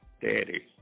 Daddy